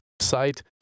site